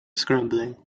scrambling